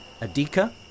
Adika